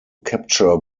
capture